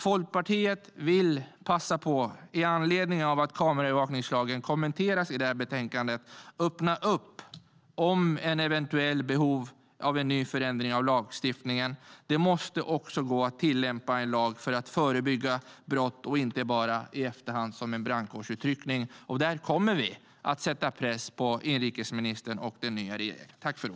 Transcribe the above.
Med anledning av att kameraövervakningslagen kommenteras i betänkandet vill Folkpartiet öppna för ett eventuellt behov av en ny förändring av lagstiftningen. Det måste också gå att tillämpa en lag för att förebygga brott, inte bara i efterhand som en brandkårsutryckning. Där kommer vi att sätta press på inrikesministern och den nya regeringen.